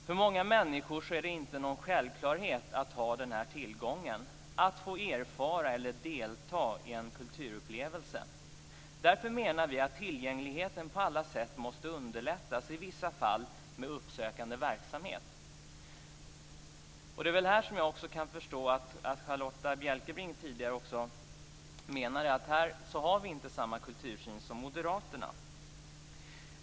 För många människor är det inte någon självklarhet att ha den tillgången, att få erfara eller delta i en kulturupplevelse. Därför menar vi att tillgängligheten på alla sätt måste underlättas, i vissa fall med uppsökande verksamhet. På den här punkten kan jag förstå att Charlotta Bjälkebring tidigare menade att vi inte har samma kultursyn som moderaterna.